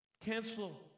cancel